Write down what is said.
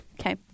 Okay